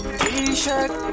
t-shirt